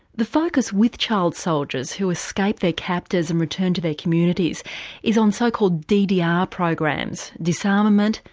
the focus with child soldiers who escape their captors and return to their communities is on so called ddr programs, disarmament,